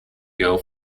girl